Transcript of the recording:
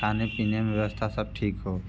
खाने पीने में व्यवस्था सब ठीक हो